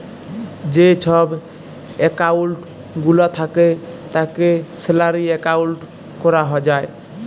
যে ছব একাউল্ট গুলা থ্যাকে তাকে স্যালারি একাউল্ট ক্যরা যায়